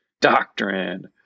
doctrine